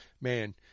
man